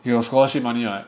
you got scholarship money right